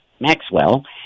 Maxwell